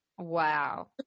Wow